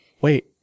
wait